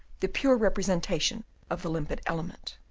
the pure representation of the limpid element.